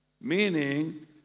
meaning